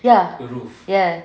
ya ya